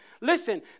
listen